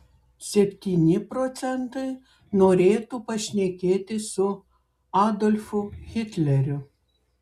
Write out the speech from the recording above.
septyni procentai norėtų pašnekėti su adolfu hitleriu